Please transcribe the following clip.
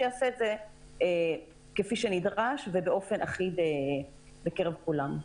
שיעשה את זה כפי שנדרש ובאופן אחיד בקרב כולם.